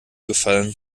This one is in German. gefallen